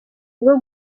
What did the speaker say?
bwo